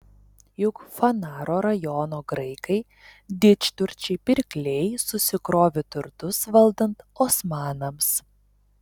juk fanaro rajono graikai didžturčiai pirkliai susikrovė turtus valdant osmanams